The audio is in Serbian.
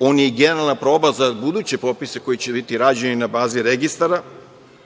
On je generalna proba za buduće popise koji će biti rađeni na bazi registara,